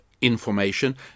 information